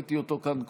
ראיתי אותו כאן קודם,